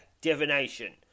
divination